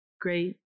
great